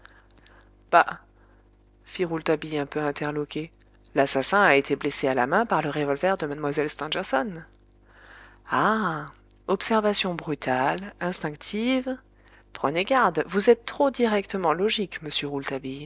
rouletabille un peu interloqué l'assassin a été blessé à la main par le revolver de mlle stangerson ah observation brutale instinctive prenez garde vous êtes trop directement logique monsieur